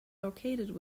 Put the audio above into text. located